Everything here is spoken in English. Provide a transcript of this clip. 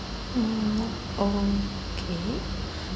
mm okay